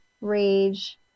rage